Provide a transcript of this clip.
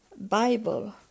Bible